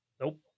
Nope